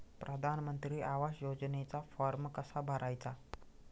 प्रधानमंत्री आवास योजनेचा फॉर्म कसा भरायचा?